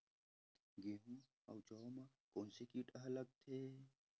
गेहूं अउ जौ मा कोन से कीट हा लगथे?